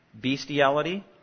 bestiality